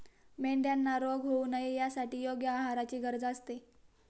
मेंढ्यांना रोग होऊ नये यासाठी योग्य आहाराची गरज असते